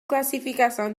classificação